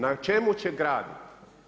Na čemu će graditi?